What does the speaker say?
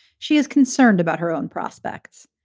she is concerned about her own prospects.